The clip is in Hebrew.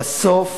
בסוף